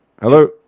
hello